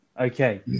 Okay